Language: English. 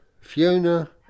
Fiona